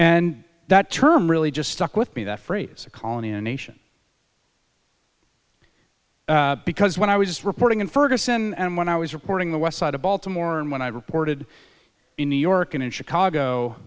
and that term really just stuck with me that phrase a colony a nation because when i was just reporting in ferguson and when i was reporting the west side of baltimore and when i reported in new york and in chicago